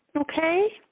okay